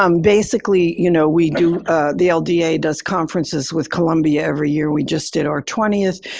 um basically, you know, we do the lda does conferences with columbia every year, we just did our twentieth.